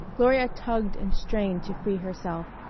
gloria tugged and strained to free herself,